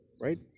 right